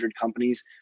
companies